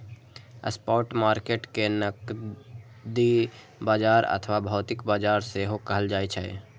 spot market कें नकदी बाजार अथवा भौतिक बाजार सेहो कहल जाइ छै